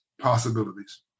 possibilities